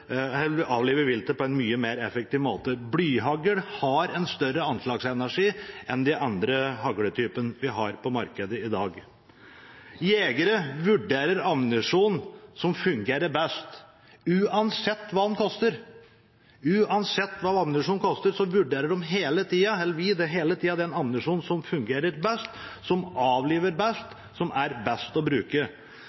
mye mer effektiv måte. Blyhagl har en større anslagsenergi enn de andre hagltypene vi har på markedet i dag. Jegere vurderer ammunisjon som fungerer best, uansett hva den koster. Uansett hva ammunisjonen koster, vurderer en hele tida den ammunisjonen som fungerer best, som avliver best, som er best å bruke. Når det gjelder den ammunisjonen som